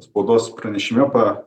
spaudos pranešime pra